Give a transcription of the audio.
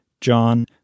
John